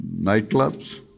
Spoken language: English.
nightclubs